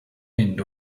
end